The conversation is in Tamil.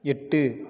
எட்டு